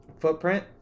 footprint